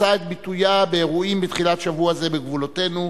מצאה את ביטויה באירועים בתחילת שבוע זה בגבולותינו,